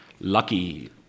lucky